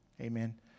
Amen